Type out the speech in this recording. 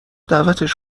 دعوتش